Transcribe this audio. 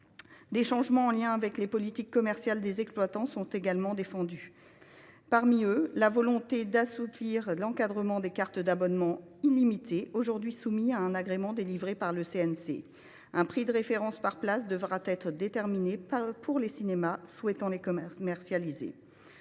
Des changements en lien avec les politiques commerciales des exploitants sont également défendus. Je pense notamment à la volonté d’assouplir l’encadrement des cartes d’abonnement illimitées, aujourd’hui soumis à un agrément délivré par le CNC. Un prix de référence par place devra être déterminé pour les cinémas souhaitant les commercialiser.